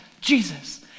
Jesus